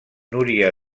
núria